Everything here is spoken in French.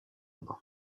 banc